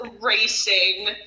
racing